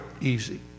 easy